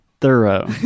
thorough